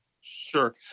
Sure